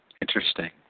Interesting